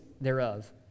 thereof